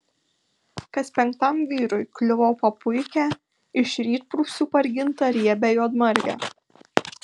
kas penktam vyrui kliuvo po puikią iš rytprūsių pargintą riebią juodmargę